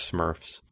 Smurfs